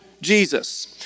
Jesus